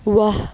واہ